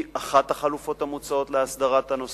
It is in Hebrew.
היא אחת החלופות המוצעות להסדרת הנושא.